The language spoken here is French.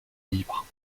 libre